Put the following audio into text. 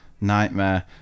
Nightmare